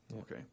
okay